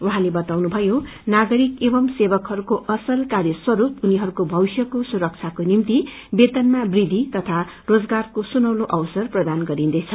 उहाँले बताउनुथयो नागरिक एवमू सेवकहरूको असल कार्यस्वरू उनीहरूको भविश्यको सुरक्षाको निम्ति उनीहरूको वेतनमा वृद्धि तथा रोजगारको सुनौलो अवससर दिइन्दैछ